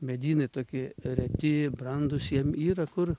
medynai tokie reti brandūs jiem yra kur